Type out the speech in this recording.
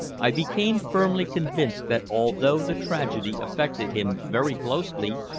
i became firmly convinced that although the tragedy affected him very closely,